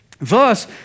Thus